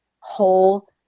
whole